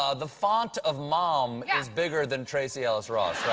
ah the font of mom is bigger than tracee ellis ross.